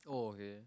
oh okay